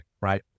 right